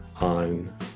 on